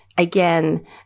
Again